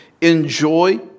enjoy